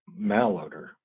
malodor